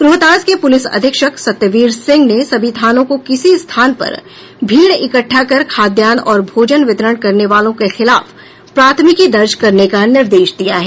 रोहतास के प्रलिस अधीक्षक सत्यवीर सिंह ने सभी थानों को किसी स्थान पर भीड़ इकटठा कर खाद्यान्न और भोजन वितरण करने वालों के खिलाफ प्राथमिकी दर्ज करने का निर्देश दिया है